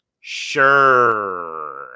Sure